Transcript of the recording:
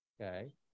okay